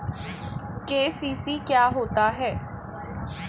KCC क्या होता है?